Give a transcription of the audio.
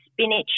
spinach